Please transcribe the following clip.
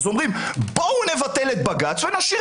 אז אומרים: בואו נבטל את בג"ץ ונשאיר